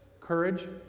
courage